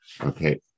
okay